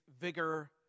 vigor